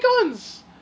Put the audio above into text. Guns